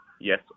yes